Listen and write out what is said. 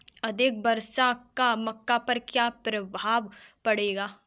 अधिक वर्षा का मक्का पर क्या प्रभाव पड़ेगा?